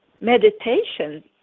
Meditation